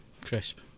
crisp